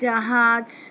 জাহাজ